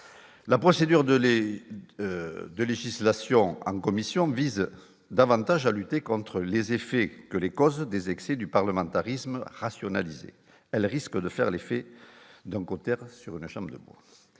la procédure de lait de législation en commission vise davantage à lutter contre les effets que les causes des excès du parlementarisme rationalisé, elle risque de faire les faits donc cautère sur une chambre, elle